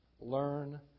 Learn